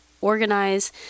organize